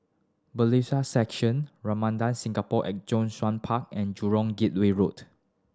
Bailiffs' Section Ramada Singapore at Zhongshan Park and Jurong Gateway Road